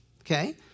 Okay